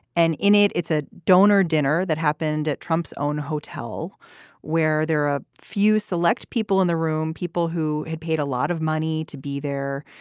and in it, it's a donor dinner that happened at trump's own hotel where there are a few select people in the room, people who had paid a lot of money to be there,